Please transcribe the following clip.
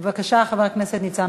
בבקשה, חבר הכנסת ניצן